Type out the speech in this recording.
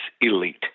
elite